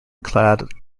clad